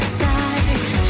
side